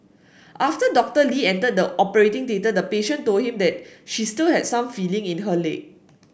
after Doctor Lee entered the operating theatre the patient told him that she still had some feeling in her leg